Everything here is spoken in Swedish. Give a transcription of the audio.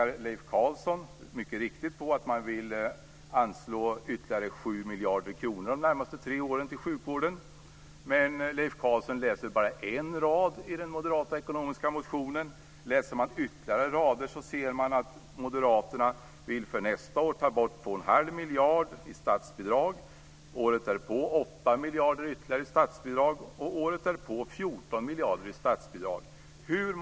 Leif Carlson pekar mycket riktigt på att man vill anslå ytterligare 7 miljarder kronor till sjukvården under de närmaste tre åren. Men Leif Carlson läser bara en rad i moderaternas ekonomiska motion. Läser man ytterligare rader ser man att moderaterna för nästa år vill ta bort 2 1⁄2 miljarder i statsbidrag, året därpå ytterligare 8 miljarder i statsbidrag och året därpå 14 miljarder i statsbidrag.